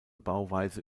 bauweise